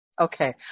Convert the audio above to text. okay